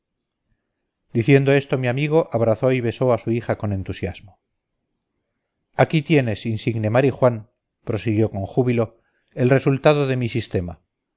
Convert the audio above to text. diciendo esto mi amigo abrazó y besó a su hija con entusiasmo aquí tienes insigne marijuán prosiguió con júbilo el resultado de mi sistema